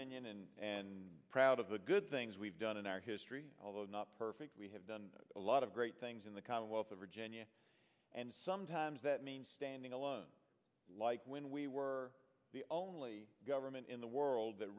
e and proud of the good things we've done in our history although not perfect we have done a lot of great things in the commonwealth of virginia and sometimes that means standing alone like when we were the only government in the world that